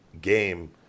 game